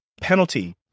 penalty